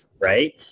right